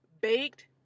baked